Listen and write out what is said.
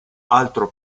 altro